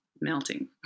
melting